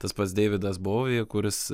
tas pats deividas bauvie kuris